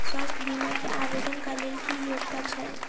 स्वास्थ्य बीमा केँ आवेदन कऽ लेल की योग्यता छै?